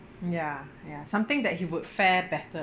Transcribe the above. ya ya something that he would fare better